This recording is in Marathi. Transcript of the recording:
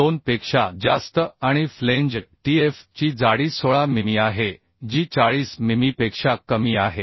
2 पेक्षा जास्त आणि फ्लेंज Tf ची जाडी 16 मिमी आहे जी 40 मिमीपेक्षा कमी आहे